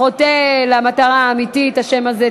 חוטא למטרה האמיתית השם הזה,